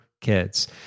kids